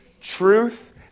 truth